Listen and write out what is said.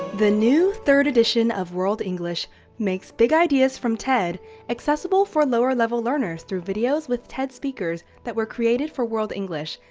the new third edition of world english makes big ideas from ted accessible for lower level learners through videos with ted speakers that were created for world english,